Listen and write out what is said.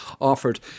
offered